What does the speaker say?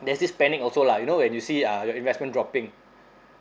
there's this panic also lah you know when you see uh your investment dropping